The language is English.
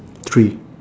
three